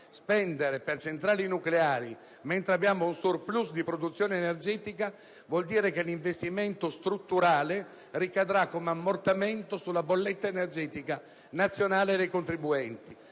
Spendere per centrali nucleari mentre abbiamo un *surplus* di produzione energetica vuol dire che l'investimento strutturale ricadrà come ammortamento sulla bolletta energetica nazionale dei contribuenti;